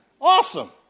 Awesome